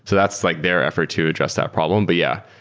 so that's like their effort to address that problem. but, yeah,